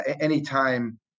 anytime